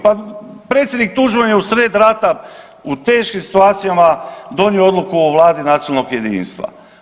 Pa predstavnik Tuđman je u sred rata u teškim situacijama donio odluku o Vladi nacionalnog jedinstva.